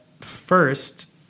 first